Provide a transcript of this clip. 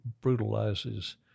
brutalizes